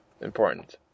important